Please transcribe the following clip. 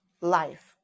life